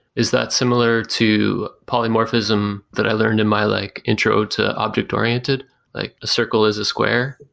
is that similar to polymorphism that i learned in my like intro to object oriented, like a circle is a square?